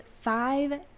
five